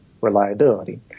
reliability